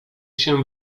się